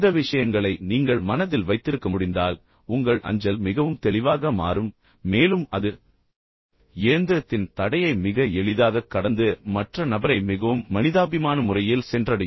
இந்த விஷயங்களை நீங்கள் மனதில் வைத்திருக்க முடிந்தால் உங்கள் அஞ்சல் மிகவும் தெளிவாக மாறும் மேலும் அது இயந்திரத்தின் தடையை மிக எளிதாக கடந்து மற்ற நபரை மிகவும் மனிதாபிமான முறையில் சென்றடையும்